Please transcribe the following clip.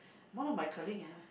one of my colleague !huh!